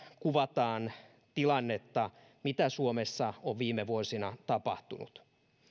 kuvataan tilannetta mitä suomessa on viime vuosina tapahtunut